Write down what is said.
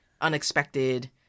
unexpected